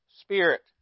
Spirit